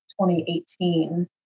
2018